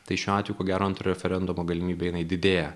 tai šiuo atveju ko gero antrojo referendumo galimybė jinai didėja